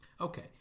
Okay